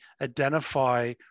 identify